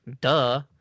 duh